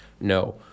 No